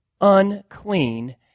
unclean